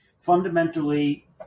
fundamentally